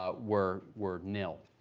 ah were were nil,